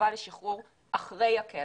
חובת השחרור היא אחרי הכלא.